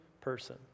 person